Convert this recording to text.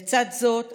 לצד זאת,